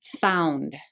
found